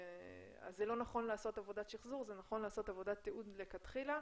זה לא נכון לעשות עבודת שחזור אלא זה נכון לעשות עבודת תיעוד לכתחילה.